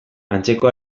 antzeko